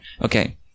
Okay